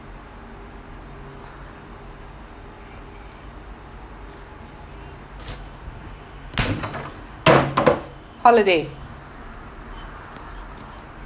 holiday